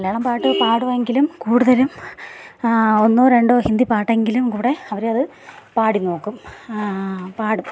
മലയാളം പാട്ട് പാടുമെങ്കിലും കൂടുതലും ഒന്നോ രണ്ടോ ഹിന്ദി പാട്ടെങ്കിലും കൂടെ അവരത് പാടിനോക്കും പാടും